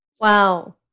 Wow